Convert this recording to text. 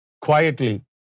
quietly